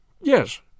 Yes